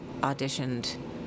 auditioned